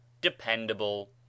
Dependable